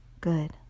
Good